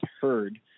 heard